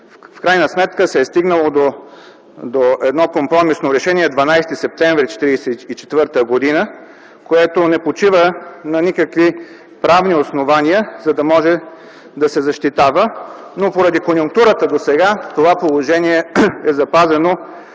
в крайна сметка се стигнало до едно компромисно решение – 12 септември 1944 г., което не почива на никакви правни основания, за да може да се защитава. Поради конюнктурата досега това положение е запазено